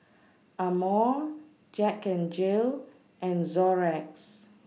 Amore Jack N Jill and Xorex